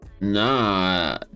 Nah